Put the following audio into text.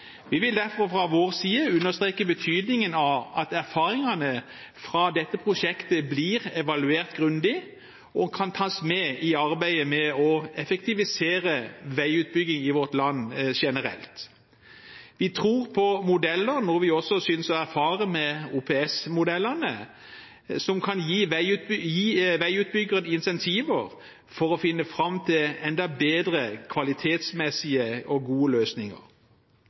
Vi vil derfor fra vår side understreke betydningen av at erfaringene fra dette prosjektet blir evaluert grundig og kan tas med i arbeidet med å effektivisere veiutbygging i vårt land generelt. Vi tror på modeller – som vi også synes å erfare med OPS-modellene – som kan gi veiutbyggeren incentiver til å finne fram til enda bedre kvalitetsmessige